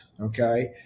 okay